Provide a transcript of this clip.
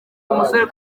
umusore